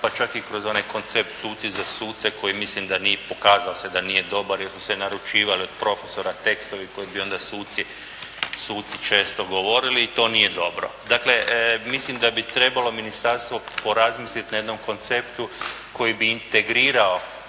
pa čak i kroz onaj koncept suci za suce koji mislim da pokazalo se da nije dobar, jer su se naručivali od profesora tekstovi koji bi onda suci često govorili i to nije dobro. Dakle, mislim da bi trebalo ministarstvo porazmisliti na jednom konceptu koji bi integrirao